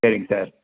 சரிங்க சார்